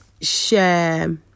share